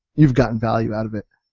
you've gotten value out of it?